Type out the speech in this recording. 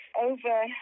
over